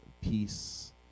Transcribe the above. peace